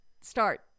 start